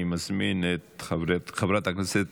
אני מזמין את חברת הכנסת